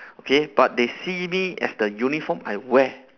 okay but they see me as the uniform I wear